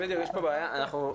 שם זה היה.